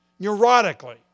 Neurotically